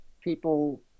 people